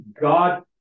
God